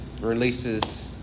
releases